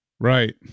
Right